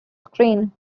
screen